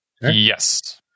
Yes